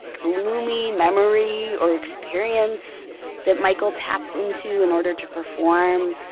gloomy memory or experience that michael taps into in order to perform?